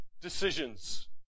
decisions